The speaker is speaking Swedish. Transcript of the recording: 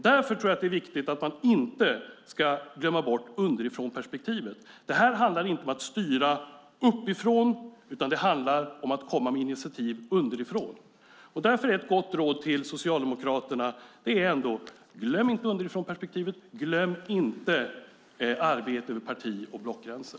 Därför tror jag att det är viktigt att man inte glömmer bort underifrånperspektivet. Det handlar inte om att styra uppifrån, utan det handlar om att komma med initiativ underifrån. Därför är ett gott råd till Socialdemokraterna: Glöm inte underifrånperspektivet, och glöm inte arbetet över parti och blockgränser!